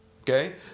okay